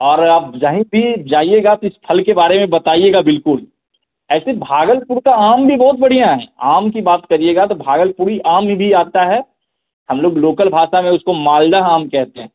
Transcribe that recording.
और आप जहाँ भी जाइएगा तो इस फल के बारे में बताइएगा बिल्कुल ऐसे भागलपुर का आम भी बहुत बढ़िया है आम की बात करिएगा तो भागलपुरी आम भी आता है हम लोग लोकल भाषा में उसको मालदा आम कहते हैं